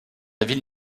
ville